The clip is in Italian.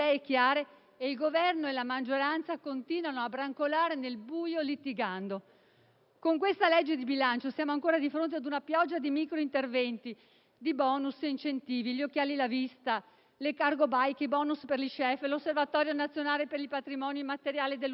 e il Governo e la maggioranza continuano a brancolare nel buio litigando. Con questa legge di bilancio siamo ancora di fronte a una pioggia di micro interventi, di *bonus* e incentivi (gli occhiali da vista, le cargo *bike*, i *bonus* per gli *chef*, l'Osservatorio nazionale per la valorizzazione del